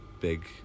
big